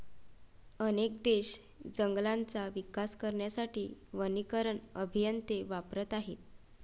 अनेक देश जंगलांचा विकास करण्यासाठी वनीकरण अभियंते वापरत आहेत